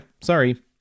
sorry